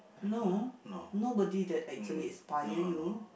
no nobody that actually inspire you